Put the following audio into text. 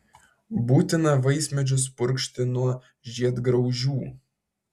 būtina vaismedžius purkšti nuo žiedgraužių